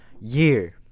year